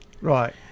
Right